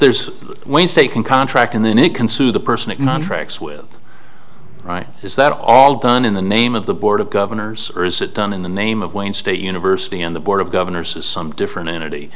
there's one state can contract and then he can sue the person it not tracks with right is that all done in the name of the board of governors or is it done in the name of wayne state university and the board of governors is some different entity